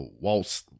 Waltz